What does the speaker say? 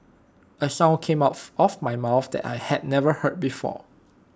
A sound came of of my mouth that I'd never heard before